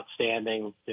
outstanding